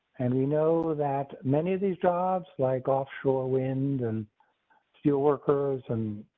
and we know that many of these jobs like offshore wind and steel workers and.